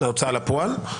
להוצאה לפועל,